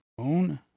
Own